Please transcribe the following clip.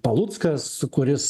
paluckas su kuris